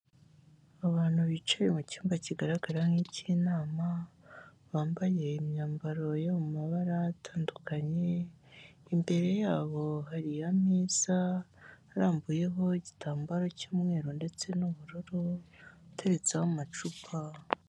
Abantu bicaye mu cyumba kigaragara nk'icy'inama, bambaye imyambaro yo mu mabara atandukanye, imbere yabo hari ameza arambuyeho igitambaro cy'umweru ndetse n'ubururu, ateretseho amacupa.